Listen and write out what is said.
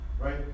right